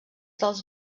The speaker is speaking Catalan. dels